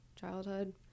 childhood